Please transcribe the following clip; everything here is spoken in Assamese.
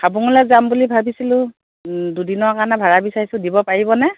হাবুঙলৈ যাম বুলি ভাবিছিলোঁ দুদিনৰ কাৰণে ভাড়া বিছাৰিছোঁ দিব পাৰিবনে